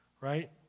right